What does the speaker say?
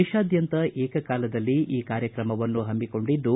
ದೇಶಾದ್ಯಂತ ಏಕಕಾಲದಲ್ಲಿ ಈ ಕಾರ್ಯಕ್ರಮವನ್ನು ಪಮ್ಮಿಕೊಂಡಿದ್ದು